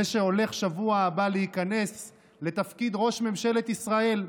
זה שהולך בשבוע הבא להיכנס לתפקיד ראש ממשלת ישראל.